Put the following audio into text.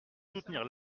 soutenir